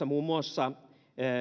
muun muassa